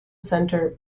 center